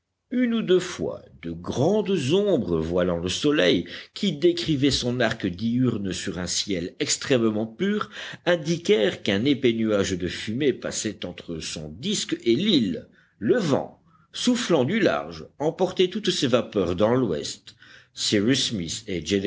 une ou deux fois de grandes ombres voilant le soleil qui décrivait son arc diurne sur un ciel extrêmement pur indiquèrent qu'un épais nuage de fumée passait entre son disque et l'île le vent soufflant du large emportait toutes ces vapeurs dans l'ouest